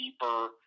deeper